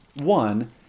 One